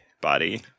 body